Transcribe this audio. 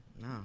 No